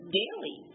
daily